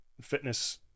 fitness